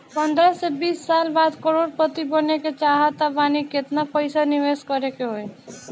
पंद्रह से बीस साल बाद करोड़ पति बने के चाहता बानी केतना पइसा निवेस करे के होई?